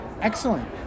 Excellent